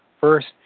First